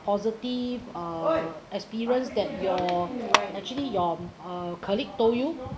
positive uh experience that you're actually your uh colleague told you